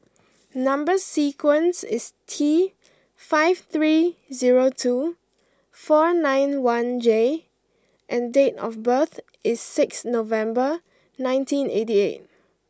number sequence is T five three zero two four nine one J and date of birth is six November nineteen eighty eight